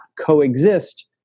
coexist